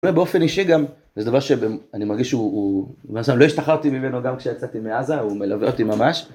אולי באופן אישי גם, זה דבר שאני מרגיש שהוא, הוא למעשה לא השתחררתי ממנו גם כשיצאתי מעזה, הוא מלווה אותי ממש.